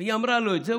היא אמרה לו את זה.